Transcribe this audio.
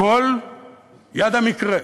הכול יד המקרה.